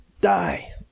die